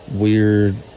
weird